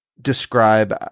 Describe